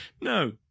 No